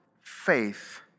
faith